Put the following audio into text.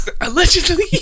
Allegedly